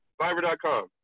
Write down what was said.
Fiverr.com